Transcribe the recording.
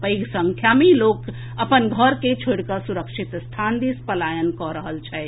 पैघ संख्या मे लोक अपन घर के छोड़िकऽ सुरक्षित स्थान दिस पलायन कऽ रहल छथि